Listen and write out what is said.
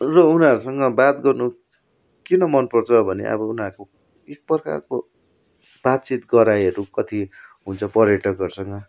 र उनीहरूसँग बात गर्नु किन मन पर्छ भने अब उनीहरूको एक प्रकारको बातचित गराईहरू कति हुन्छ पर्याटकहरूसँग